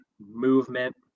movement